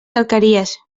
alqueries